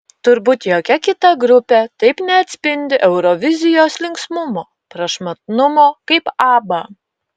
turbūt jokia kita grupė taip neatspindi eurovizijos linksmumo prašmatnumo kaip abba